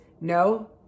No